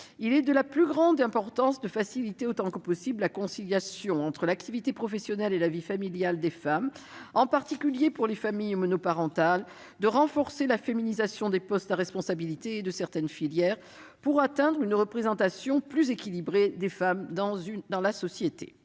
Il est de la plus grande importance de faciliter autant que possible la conciliation entre l'activité professionnelle et la vie familiale des femmes, en particulier pour les familles monoparentales, tout en renforçant la féminisation des postes à responsabilités et de certaines filières pour atteindre une représentation plus équilibrée des femmes dans la société.